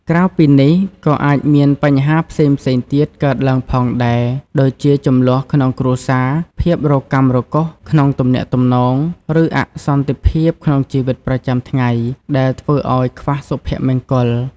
ក្រៅពីនេះ ក៏អាចមានបញ្ហាផ្សេងៗទៀតកើតឡើងផងដែរ ដូចជាជម្លោះក្នុងគ្រួសារ ភាពរកាំរកូសក្នុងទំនាក់ទំនង ឬអសន្តិភាពក្នុងជីវិតប្រចាំថ្ងៃ ដែលធ្វើឲ្យខ្វះសុភមង្គល។